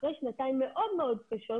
אחרי שנתיים מאוד מאוד קשות,